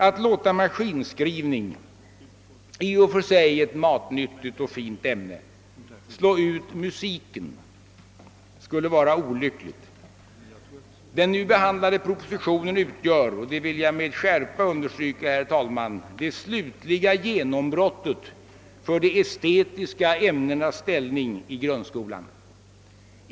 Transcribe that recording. Att låta maskinskrivning, i och för sig ett matnyttigt och fint ämne, slå ut musiken skulle vara olyckligt. Den nu behandlade propositionen utgör — det vill jag med skärpa understryka, herr talman — det slutliga genombrottet för de estetiska ämnenas ställning i grundskolan.